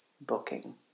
booking